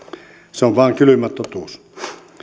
se on vain kylmä totuus